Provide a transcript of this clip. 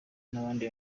n’abandi